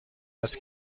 است